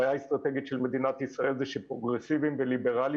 הבעיה האסטרטגית של מדינת ישראל זה שפרוגרסיביים וליברלים